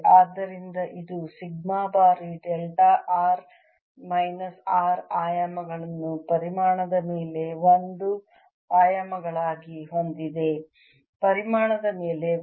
ಆದ್ದರಿಂದ ಇದು ಸಿಗ್ಮಾ ಬಾರಿ ಡೆಲ್ಟಾ r ಮೈನಸ್ R ಆಯಾಮಗಳನ್ನು ಪರಿಮಾಣದ ಮೇಲೆ 1 ಆಯಾಮಗಳಾಗಿ ಹೊಂದಿದೆ ಪರಿಮಾಣದ ಮೇಲೆ 1